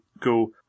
go